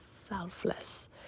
selfless